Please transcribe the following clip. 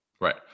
Right